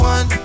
One